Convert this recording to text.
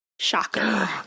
Shocker